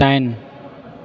दाइन